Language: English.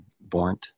born